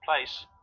place